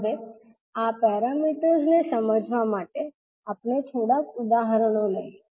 હવે આ પેરામીટર્સને સમજવા માટે આપણે થોડા ઉદાહરણો લઈએ